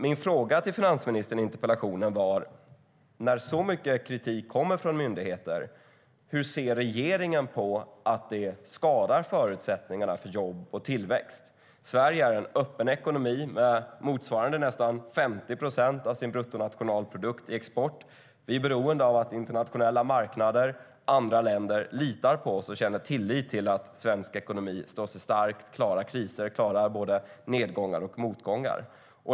Min fråga till finansministern i interpellationen var: När så mycket kritik kommer från myndigheter, hur ser regeringen på att detta skadar förutsättningarna för jobb och tillväxt? Sverige är en öppen ekonomi med motsvarande nästan 50 procent av sin bruttonationalprodukt i export. Vi är beroende av att internationella marknader och andra länder litar på oss och känner tillit till att svensk ekonomi står sig stark, klarar kriser och klarar både nedgångar och motgångar.